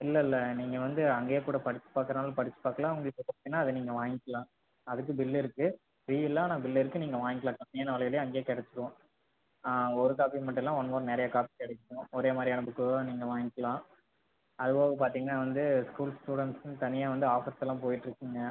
இல்லை இல்லை நீங்கள் வந்து அங்கேயே கூட படிச்சு பார்க்குறதுனாலும் படிச்சு பார்க்கலாம் உங்களுக்கு அது வேணா அதை நீங்கள் வாங்கிலாம் அதுக்கு பில் இருக்கு ஃப்ரீ இல்லை ஆனால் பில் இருக்கு நீங்கள் வாங்கலாம் கம்மியான விலைலே அங்கேயேகிடச்சிரும் ஆ ஒரு காப்பி மட்டும் இல்லை ஒன் ஒன் நிறையா காப்பி கிடைக்கும் ஒரே மாதிரியான புக்கும் நீங்கள் வாய்ங்கலாம் அது போக பார்த்திங்கனா வந்து ஸ்கூல் ஸ்டுடென்ட்ஸ்க்கும் தனியாக வந்து ஆஃபர்ஸ்ஸெல்லாம் போய்ட்யிருக்குங்க